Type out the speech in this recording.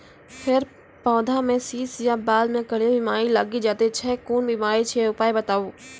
फेर पौधामें शीश या बाल मे करियर बिमारी लागि जाति छै कून बिमारी छियै, उपाय बताऊ?